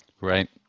Right